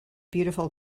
beautiful